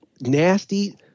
Nasty